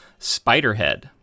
Spiderhead